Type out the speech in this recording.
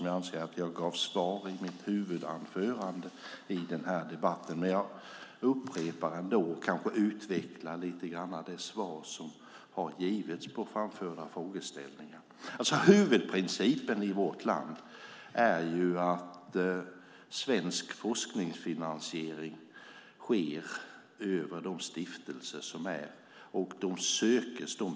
Jag anser att jag gav svar på dessa i mitt huvudanförande, men låt mig ändå upprepa och kanske utveckla de svar som jag givit på framförda frågeställningar. Huvudprincipen i vårt land är att forskningsfinansiering sker via de stiftelser som finns.